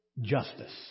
justice